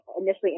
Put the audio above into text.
initially